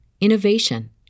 innovation